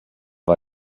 war